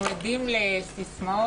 אנחנו עדים לסיסמאות